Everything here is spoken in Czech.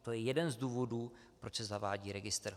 To je jeden z důvodů, proč se zavádí registr.